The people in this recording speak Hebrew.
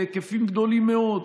בהיקפים גדולים מאוד.